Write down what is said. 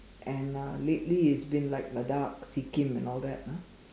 and uh lately it's been like Ladakh Sikkim and all that ah